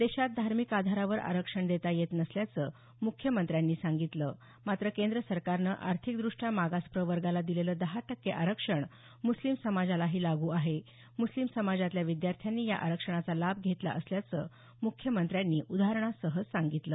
देशात धार्मिक आधारावर आरक्षण देता येत नसल्याचं मुख्यमंत्र्यांनी सांगितलं मात्र केंद्र सरकारनं आर्थिकद्रष्ट्या मागास प्रवर्गाला दिलेलं दहा टक्के आरक्षण मुस्लीम समाजालाही लागू आहे मुस्लीम समाजातल्या विद्यार्थ्यांनी या आरक्षणाचा लाभ घेतला असल्याचं मुख्यमंत्र्यांनी उदाहरणासह सांगितलं